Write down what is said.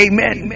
Amen